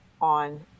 on